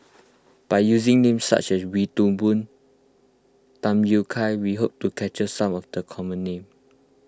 by using names such as Wee Toon Boon Tham Yui Kai we hope to capture some of the common names